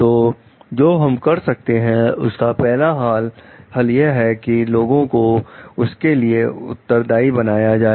तो जो हम कर सकते हैं उसका पहला हाल यह है कि लोगों को उसके लिए उत्तरदाई बनाया जाए